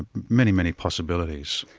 ah many, many possibilities.